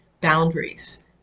boundaries